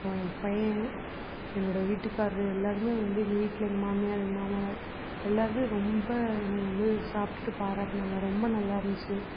போ என் பையன் என்னோடய வீட்டுக்காரரு எல்லாருமே வந்து எங்கள் வீட்டில எங்கள் மாமியார் எங்கள் மாமனார் எல்லாருமே ரொம்ப என்னையை வந்து சாப்பிட்டுட்டு பாராட்டினாங்க ரொம்ப நல்லாருந்துச்சி